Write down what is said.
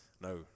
no